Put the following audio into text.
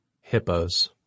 Hippos